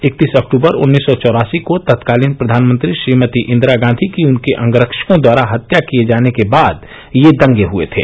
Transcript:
इकतीस अक्तूबर उन्नीस सौ चौरासी को तत्कालीन प्रधानमंत्री श्रीमती इंदिरा गांधी की उनके अंगरक्षकों द्वारा हत्या किए जाने के बाद ये दंगे हुए थे